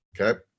okay